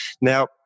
Now